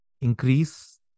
increase